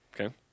Okay